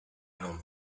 non